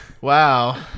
Wow